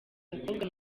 mukobwa